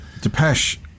Depeche